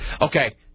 Okay